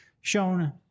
shown